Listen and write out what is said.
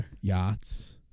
yachts